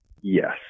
Yes